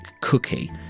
cookie